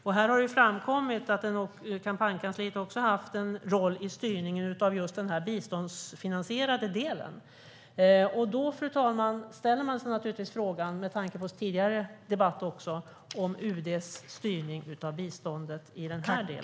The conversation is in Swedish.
Det har framkommit att kampanjkansliet också har haft en roll i styrningen av just den biståndsfinansierade delen. Fru talman! Då undrar man förstås, också med tanke på tidigare debatt, över UD:s styrning av biståndet i denna del.